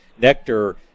nectar